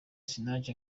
sinach